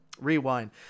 Rewind